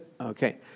Okay